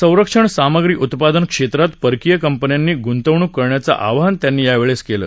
संरक्षण सामग्री उत्पादन क्षेत्रात परकीय कंपन्यांनी ग्ंतवणूक करण्याचं आवाहन त्यांनी या वेळेस केलं